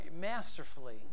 masterfully